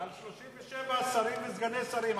על 37 שרים וסגני שרים.